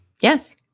Yes